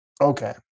Okay